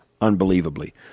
unbelievably